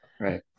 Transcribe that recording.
right